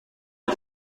est